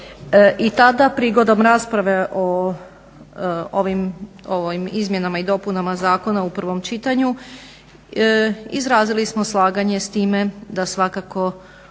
I tada prigodom rasprave o ovim izmjenama i dopunama zakona u prvom čitanju izrazili smo slaganje s time da svakako